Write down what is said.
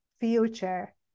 future